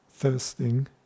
Thirsting